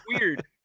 weird